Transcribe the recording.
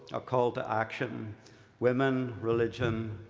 a call to action women, religion,